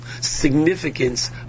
significance